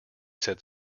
said